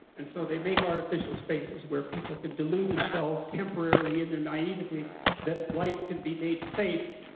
and so they make artificial spaces where people can delude themselves temporarily in naivete that life can be made safe,